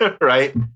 Right